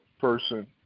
person